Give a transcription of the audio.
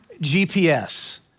GPS